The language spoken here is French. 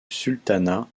sultanat